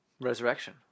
Resurrection